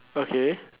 okay